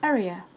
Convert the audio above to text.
Area